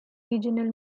regional